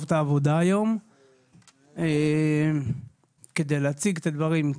את העבודה היום כדי להציג את הדברים.